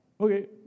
okay